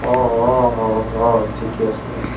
অঁ অঁ অঁ অঁ ঠিকে আছে অঁ